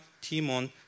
Timon